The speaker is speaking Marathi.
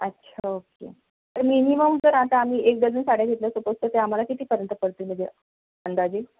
अच्छा ओके मिनिमम जर आता आम्ही एक डझन साड्या घेतल्या सपोझ तर त्या आम्हाला कितीपर्यंत पडतील म्हजे अंदाजे